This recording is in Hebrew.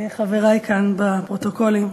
חברי כאן בפרוטוקולים,